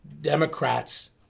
Democrats